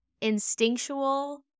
instinctual